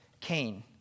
Cain